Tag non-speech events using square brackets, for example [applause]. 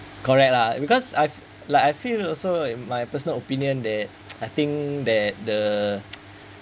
correct lah because I've like I feel also my personal opinion that [noise] I think that the [noise]